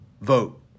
Vote